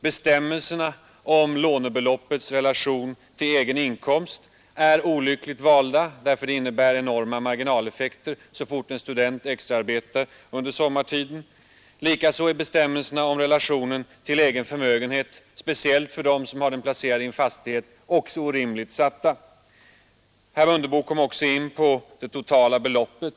Bestämmelserna om lånebeloppets relation till egen inkomst är olyckligt valda därför att de innebär enorma mariginaleffekter så fort en student extraarbetar under sommartiden. Likaså är bestämmelserna om relationen till egen förmögenhet, speciellt för dem som har den placerad i en fastighet, också orimligt satta. Herr Mundebo kom in på det totala beloppet.